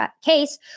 case